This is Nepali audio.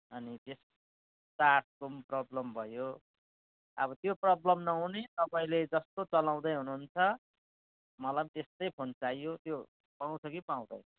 अनि त्यस चार्जको पनि प्रब्लम भयो अब त्यो प्रब्लम नहुने तपाईँले जस्तो चलाउँदै हुनुहुन्छ मलाई पनि त्यस्तै फोन चाहियो त्यो पाउँछ कि पाउँदैन